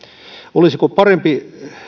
olisiko parempi